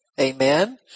amen